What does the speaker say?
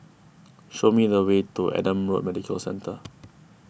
show me the way to Adam Road Medical Centre